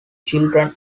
children